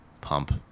Pump